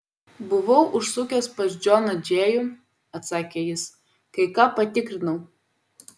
buvau užsukęs pas džoną džėjų atsakė jis kai ką patikrinau